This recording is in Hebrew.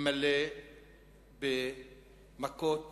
מלא במכות